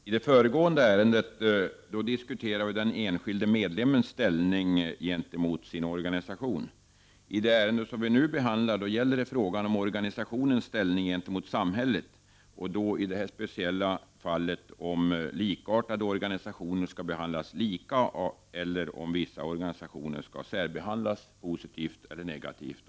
Herr talman! I det föregående ärendet diskuterade vi den enskilde medlemmens ställning gentemot sin organisation. Det ärende vi nu behandlar gäller frågan om organisationernas ställning gentemot samhället, och i detta speciella fall om likartade organisationer skall behandlas lika av samhället eller om vissa organisationer skall särbehandlas positivt eller negativt.